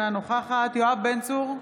אינה נוכחת יואב בן צור,